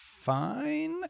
fine